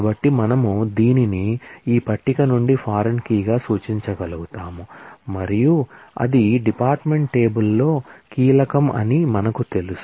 కాబట్టి మనము దీనిని ఈ పట్టిక నుండి ఫారిన్ కీగా సూచించగలుగుతాము మరియు అది డిపార్ట్మెంట్ టేబుల్ లో కీలకం అని మనకు తెలుసు